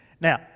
Now